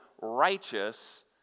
righteous